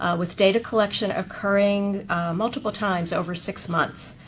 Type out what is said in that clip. ah with data collection occurring multiple times over six months.